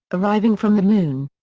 arriving from the moon.